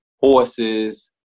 horses